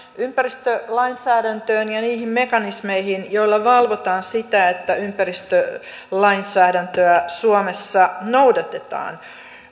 ympäristölainsäädäntöön ja niihin mekanismeihin joilla valvotaan sitä että ympäristölainsäädäntöä suomessa noudatetaan